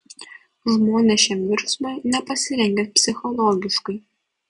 žmonės šiam virsmui nepasirengę psichologiškai